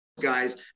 Guys